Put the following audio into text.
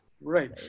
Right